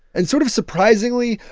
and sort of surprisingly,